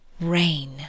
rain